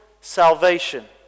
salvation